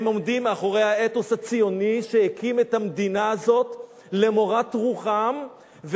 הם עומדים מאחורי האתוס הציוני שהקים את המדינה הזאת למורת רוחם,